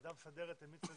הוועדה המסדרת הניחה